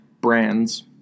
brands